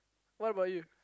what about you